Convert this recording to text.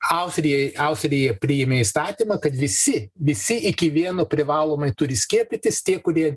austrijai austrija priėmė įstatymą kad visi visi iki vieno privalomai turi skiepytis tie kurie